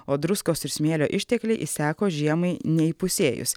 o druskos ir smėlio ištekliai išseko žiemai neįpusėjus